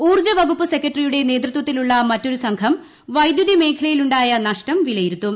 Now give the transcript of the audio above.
ഊർജ്ജവകുപ്പ് സെക്രട്ടറിയുടെ നേതൃത്വത്തിലുള്ള മറ്റൊരു സംഘം വൈദ്യുതി മേഖലയിലുണ്ടായ നഷ്ടം വിലയിരുത്തും